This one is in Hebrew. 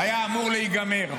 היה אמור להיגמר.